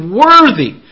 worthy